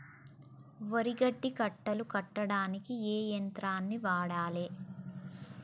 వరి గడ్డి కట్టలు కట్టడానికి ఏ యంత్రాన్ని వాడాలే?